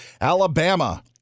Alabama